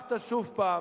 והוכחת שוב הפעם